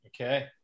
Okay